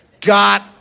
got